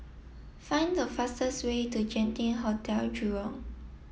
find the fastest way to Genting Hotel Jurong